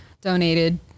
donated